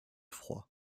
froid